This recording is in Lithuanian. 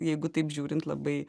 jeigu taip žiūrint labai